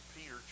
Peter